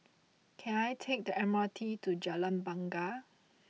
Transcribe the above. can I take the M R T to Jalan Bungar